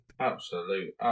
absolute